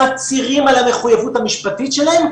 מצהירים על המחויבות המשפטית שלהם,